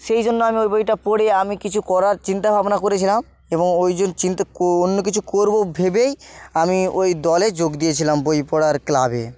সেই জন্য আমি ওই বইটা পড়ে আমি কিছু করার চিন্তা ভাবনা করেছিলাম এবং ওই জন চিন্তা কো অন্য কিছু করবো ভেবেই আমি ওই দলে যোগ দিয়েছিলাম বই পড়ার ক্লাবে